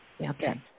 Okay